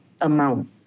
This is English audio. amount